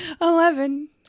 Eleven